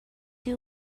you